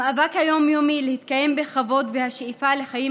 המאבק היום-יומי להתקיים בכבוד והשאיפה לחיים